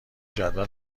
جدول